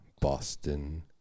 Boston